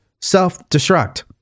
Self-destruct